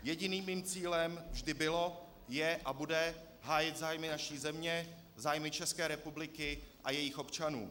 Jediným mým cílem vždy bylo, je a bude hájit zájmy naší země, zájmy České republiky a jejích občanů.